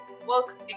works